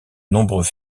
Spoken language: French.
nombreux